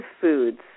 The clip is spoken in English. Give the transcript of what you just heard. foods